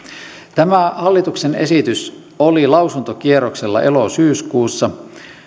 tämä hallituksen esitys oli lausuntokierroksella elo syyskuussa